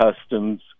customs